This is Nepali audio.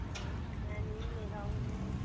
अँ नानी पनि लिएर आउनु